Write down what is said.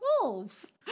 wolves